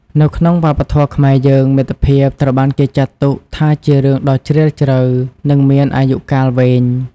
នៅក្នុងវប្បធម៌ខ្មែរយើង មិត្តភាពត្រូវបានគេចាត់ទុកថាជារឿងដ៏ជ្រាលជ្រៅ និងមានអាយុកាលវែង។